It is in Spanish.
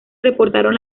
reportaron